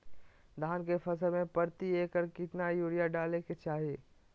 धान के फसल में प्रति एकड़ कितना यूरिया डाले के चाहि?